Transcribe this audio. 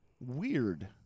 Weird